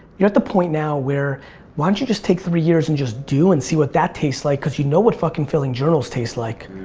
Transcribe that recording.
you're at the point now where why don't you just take three years and just do and see what that tastes like. cause you know what filling filling journals tastes like.